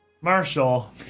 Marshall